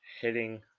hitting